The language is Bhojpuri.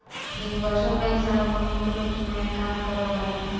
यूनिवर्सल बैंक सार्वभौमिक रूप में काम करे वाला बैंक हवे